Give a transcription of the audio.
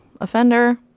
offender